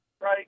Right